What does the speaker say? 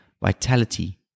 vitality